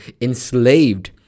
enslaved